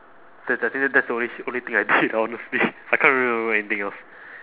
that's I think tha~ that's the only shit only thing I did honestly I can't really remember anything else